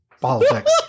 politics